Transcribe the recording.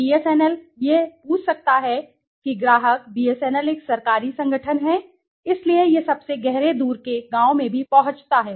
BSNL यह पूछ सकता है कि ग्राहक बीएसएनएल एक सरकारी संगठन है इसलिए यह सबसे गहरे दूर के गांवों में भी पहुंचता है